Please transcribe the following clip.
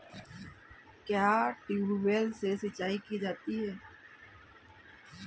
क्या ट्यूबवेल से सिंचाई की जाती है?